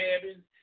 cabin